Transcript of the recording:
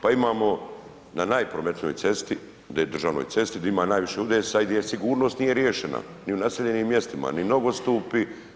Pa imamo na najprometnijoj cesti, D državnoj cesti gdje ima najviše udesa i gdje sigurnost nije riješena ni u naseljenim mjestima, ni nogostupi.